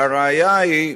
והראיה היא,